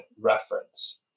reference